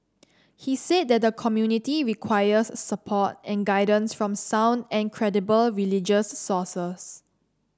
he said that the community requires support and guidance from sound and credible religious sources